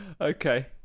okay